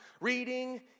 reading